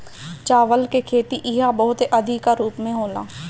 चावल के खेती इहा बहुते अधिका रूप में होला